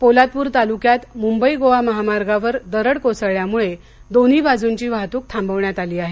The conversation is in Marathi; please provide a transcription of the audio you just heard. पोलादपूर तालुक्यात मुंबई गोवा महामार्गावर दरड कोसळल्यामुळे दोन्ही बाजूंची वाहतूक थांबविण्यात आली आहे